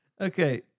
Okay